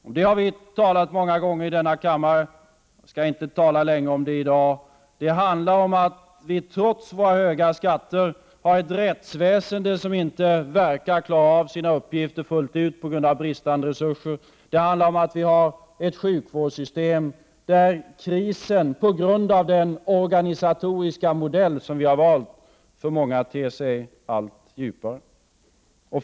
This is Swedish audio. Om det har vi talat många gånger i denna kammare, så jag skall inte tala länge om det i dag. Det handlar om att vi trots våra höga skatter har ett rättsväsende, som inte verkar klara av sina uppgifter fullt ut på grund av bristande resurser. Det handlar om att vi har ett sjukvårdssystem, där krisen på grund av den organisatoriska modell som vi har valt ter sig allt djupare för många.